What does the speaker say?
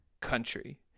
country